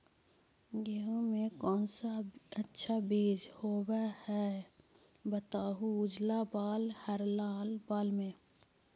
गेहूं के कौन सा अच्छा बीज होव है बताहू, उजला बाल हरलाल बाल में?